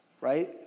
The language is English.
right